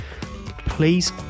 please